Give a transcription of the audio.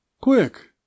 Quick